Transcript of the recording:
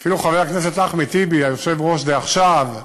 אפילו חבר הכנסת אחמד טיבי, היושב-ראש דעכשיו,